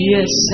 Yes